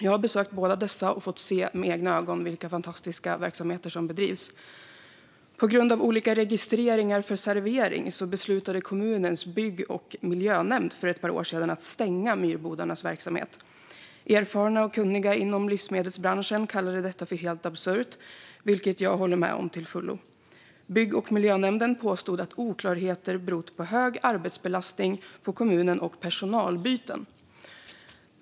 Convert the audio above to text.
Jag har besökt båda dessa och med egna ögon fått se vilka fantastiska verksamheter som bedrivs. På grund av olika registreringar för servering beslutade kommunens bygg och miljönämnd för ett par år sedan att stänga Myhrbodarnas verksamhet. Erfarna och kunniga inom livsmedelsbranschen kallade detta för helt absurt, vilket jag håller med om till fullo. Bygg och miljönämnden påstod att oklarheter berott på hög arbetsbelastning på kommunen och personalbyten.